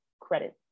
credit